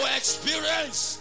experience